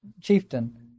chieftain